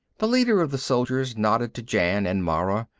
the leader of the soldiers nodded to jan and mara.